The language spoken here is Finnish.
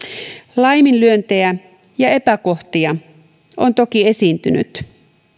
laiminlyöntejä ja epäkohtia on toki esiintynyt